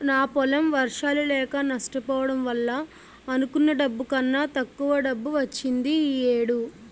నా పొలం వర్షాలు లేక నష్టపోవడం వల్ల అనుకున్న డబ్బు కన్నా తక్కువ డబ్బు వచ్చింది ఈ ఏడు